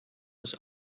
was